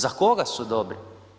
Za koga su dobri?